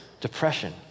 depression